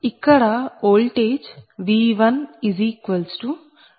ఇక్కడ ఓల్టేజ్V11∠0ఇచ్చారు